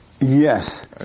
Yes